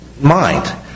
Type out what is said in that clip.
mind